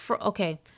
Okay